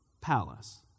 Palace